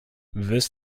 this